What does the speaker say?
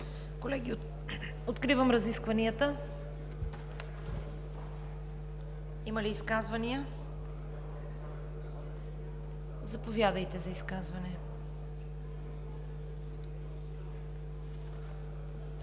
Колеги, откривам разискванията. Има ли изказвания? Заповядайте за изказване,